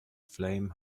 flame